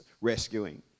rescuing